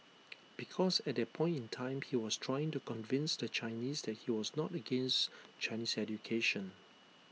because at that point in time he was trying to convince the Chinese that he was not against Chinese education